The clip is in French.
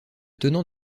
tenant